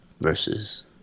versus